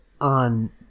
on